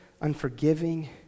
unforgiving